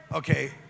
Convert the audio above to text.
Okay